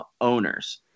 owners